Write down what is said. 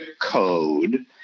code